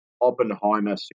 Oppenheimer